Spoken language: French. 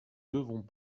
devons